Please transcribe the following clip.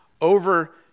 over